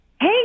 Hey